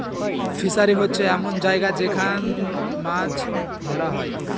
fishery হচ্ছে এমন জায়গা যেখান মাছ ধরা হয়